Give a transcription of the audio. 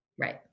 Right